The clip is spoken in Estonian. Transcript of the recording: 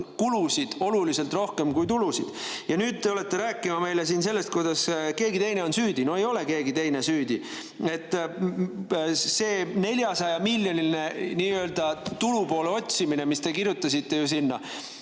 kulusid oluliselt rohkem kui tulusid ja nüüd te tulete rääkima meile sellest, kuidas keegi teine on süüdi. No ei ole keegi teine süüdi. See 400-miljoniline nii-öelda tulupoole otsimine, mis te kirjutasite sinna,